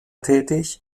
tätig